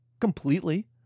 completely